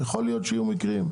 אז יכול להיות שהיו מקרים.